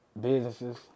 businesses